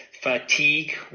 fatigue